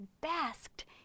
basked